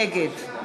נגד